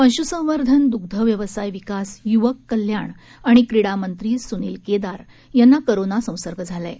पश्संवर्धन द्रग्ध व्यवसाय विकास य्वक कल्याण आणि क्रीडा मंत्री सूनील केदार यांना कोरोना संसर्ग झाला आहे